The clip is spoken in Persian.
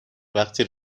وقتی